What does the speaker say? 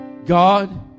God